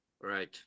Right